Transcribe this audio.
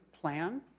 plan